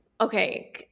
Okay